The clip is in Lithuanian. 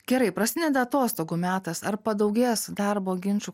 gerai prasideda atostogų metas ar padaugės darbo ginčų